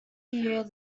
year